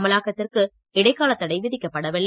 அமலாக்கத்திற்கு இடைக்காலத் தடை விதிக்கப்படவில்லை